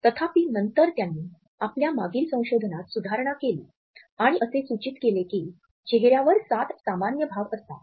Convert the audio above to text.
तथापि नंतर त्यांनी आपल्या मागील संशोधनात सुधारणा केली आणि असे सूचित केले की चेहऱ्यावर सात सामान्य भाव असतात